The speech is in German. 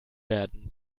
werden